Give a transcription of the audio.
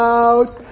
out